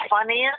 funniest